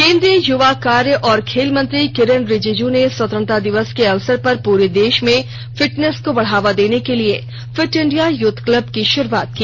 केन्द्रीय युवा कार्य और खेल मंत्री किरेन रिजिजू ने स्वतंत्रता दिवस के अवसर पर पूरे देश में फिटनेस को बढावा देने के लिये फिट इंडिया यूथ क्लब की शुरूआत की